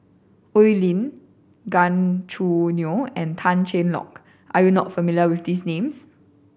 Oi Lin Gan Choo Neo and Tan Cheng Lock are you not familiar with these names